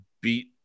beat